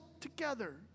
together